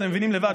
אתם מבינים לבד,